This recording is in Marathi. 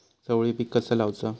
चवळी पीक कसा लावचा?